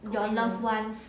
your loved ones